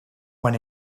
when